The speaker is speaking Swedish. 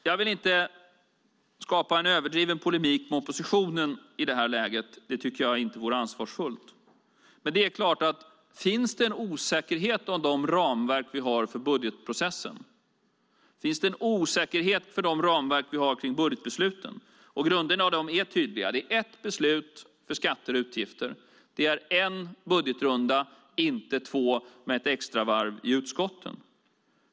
Jag vill inte skapa en överdriven polemik med oppositionen i detta läge. Jag tycker inte att det vore ansvarsfullt. Men finns det en osäkerhet om de ramverk vi har för budgetprocessen, en osäkerhet om de ramverk vi har kring budgetbesluten? Grunderna för dem är tydliga: Det är ett beslut för skatter och utgifter. Det är en budgetrunda, inte två med ett extravarv i utskotten.